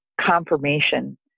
confirmation